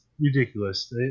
ridiculous